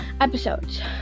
episodes